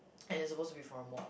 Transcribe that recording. and it's supposed to be for a mod